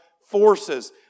forces